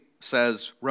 says